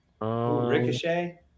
Ricochet